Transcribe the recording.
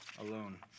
alone